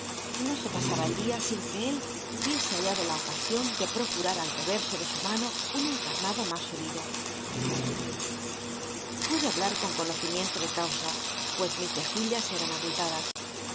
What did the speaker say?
y no se pasaba el dia siu que él bubicsc hallado la ocasion de procurm al e erso de su mano uu encal'llado mas subido j uctlo hablar con conocimiento de causa pues mis mejillas eran abultadas